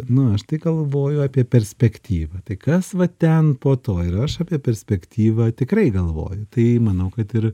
nu aš tai galvoju apie perspektyvą tai kas va ten po to ir aš apie perspektyvą tikrai galvoju tai manau kad ir